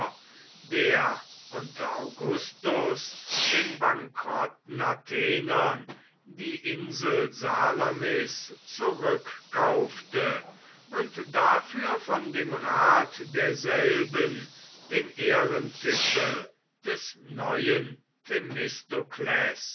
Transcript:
der unter augustas den bankrotten athenern die insel salamis zurückkaufte und dafür von dem rat derselben den ehrentitel des neuen